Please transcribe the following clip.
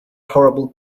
horrible